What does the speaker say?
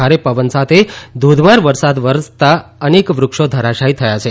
ભારે પવન સાથે ધોધમાર વરસાદ વરસતા અનેક વૃક્ષો ધરાશાયી થયા છે